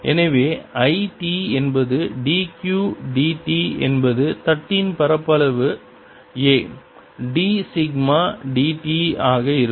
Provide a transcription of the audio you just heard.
எனவே I t என்பது d q d t என்பது தட்டின் பரப்பளவு a d சிக்மா d t ஆக இருக்கும்